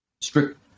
strict